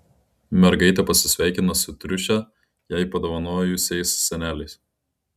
mergaitė pasisveikina su triušę jai padovanojusiais seneliais